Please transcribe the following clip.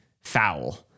foul